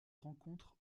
rencontre